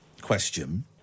question